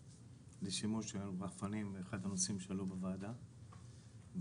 השימוש ברחפנים הוא אחד הנושאים שעלו בוועדה בראשותך.